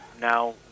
now